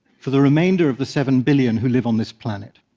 for the remainder of the seven billion who live on this planet?